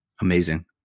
Amazing